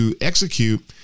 execute